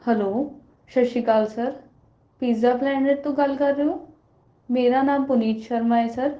hello ਸਤਿ ਸ਼੍ਰੀ ਅਕਾਲ ਸਰ ਪੀਜ਼ਾ ਪਲੈਨਟ ਤੋਂ ਗੱਲ ਕਰ ਰਹੇ ਹੋ ਮੇਰਾ ਨਾਮ ਪੁਨੀਤ ਸ਼ਰਮਾ ਹੈ ਸਰ